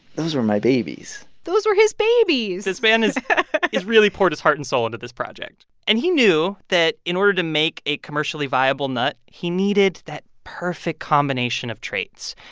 those were my babies those were his babies this man has he's really poured his heart and soul into this project. and he knew that in order to make a commercially viable nut, he needed that perfect combination of traits.